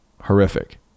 horrific